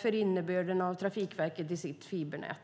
för innebörden när det gäller Trafikverket och dess fibernät.